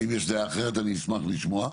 ולכן אני אומר את זה על דעתי.